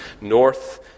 North